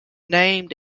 named